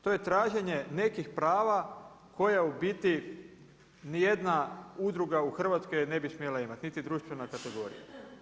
To je traženje nekih prava koje u biti ni jedna udruga u Hrvatskoj ne bi smjela imati, niti društvena kategorija.